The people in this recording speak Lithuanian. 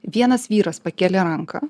vienas vyras pakėlė ranką